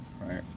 right